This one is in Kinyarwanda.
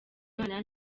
mwana